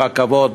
ברכבות,